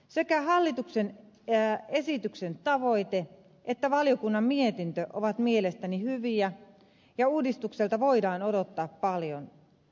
sekä hallituksen esityksen tavoite että valiokunnan mietintö ovat mielestäni hyviä ja uudistukselta voidaan odottaa paljon